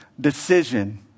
decision